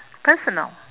personal